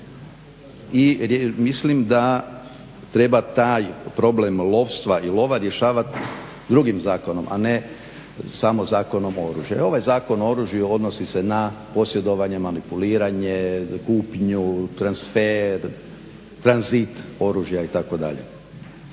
i mislim da treba taj problem lovstva i lova rješavati drugim zakonom, a ne samo Zakonom o oružju. Jer ovaj Zakon o oružju odnosi se na posjedovanje, manipuliranje, kupnju, transfer, tranzit oružja itd.